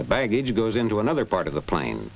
the baggage goes into another part of the plane